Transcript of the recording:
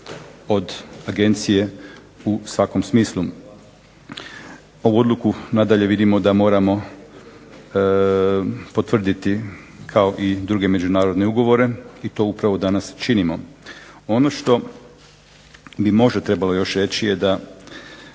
od agencije u svakom smislu. Ovu odluku nadalje vidimo da moramo potvrditi kao i druge međunarodne ugovore i to upravo danas činimo. Ono što bi možda trebalo još reći da